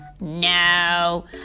No